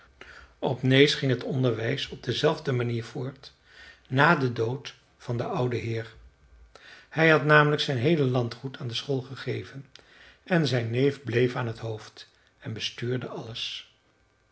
op nääs ging het onderwijs op dezelfde manier voort na den dood van den ouden heer hij had namelijk zijn heele landgoed aan de school gegeven en zijn neef bleef aan het hoofd en bestuurde alles